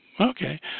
Okay